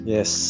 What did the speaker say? Yes